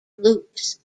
loops